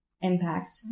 impact